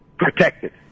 protected